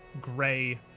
gray